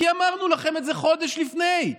כי אמרנו לכם את זה חודש לפני.